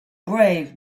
brave